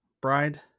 Bride